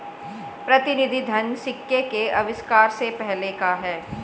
प्रतिनिधि धन सिक्के के आविष्कार से पहले का है